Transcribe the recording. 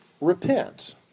repent